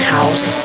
House